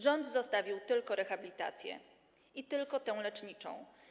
Rząd zostawił tylko rehabilitację i tylko tę leczniczą.